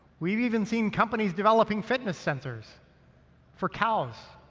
we've even seen companies developing fitness centers for cows.